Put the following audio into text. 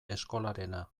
eskolarena